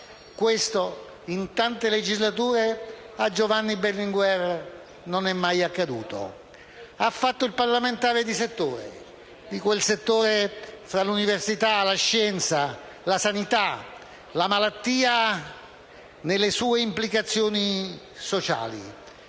Questo, in tante legislature, a Giovanni Berlinguer non è mai accaduto. Ha fatto il parlamentare di settore, di quel settore tra l'università, la scienza, la sanità e la malattia nelle sue implicazioni sociali